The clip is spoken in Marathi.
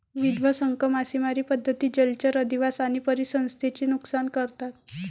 विध्वंसक मासेमारी पद्धती जलचर अधिवास आणि परिसंस्थेचे नुकसान करतात